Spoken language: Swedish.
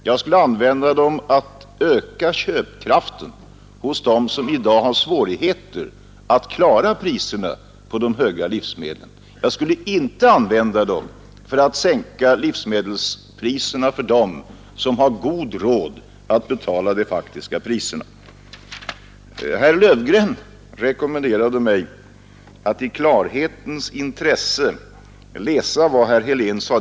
Jag skulle använda dem till att öka köpkraften hos dem som i dag har svårigheter att klara de höga priserna på livsmedlen. Jag skulle inte använda dem till att sänka livsmedelspriserna för dem som har god råd att betala de faktiska priserna. Herr Löfgren rekommenderade mig att i klarhetens intresse läsa vad herr Helén sagt.